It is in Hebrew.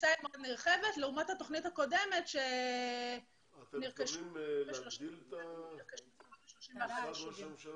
הפריסה היא מאוד נרחבת לעומת התוכנית הקודמת שנרכשו דירות ב-31 יישובים.